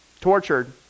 Tortured